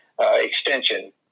extension